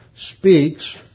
Speaks